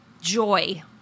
joy